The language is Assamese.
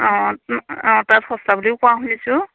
অঁ অঁ তাত সস্তা বুলিও কোৱা শুনিছোঁ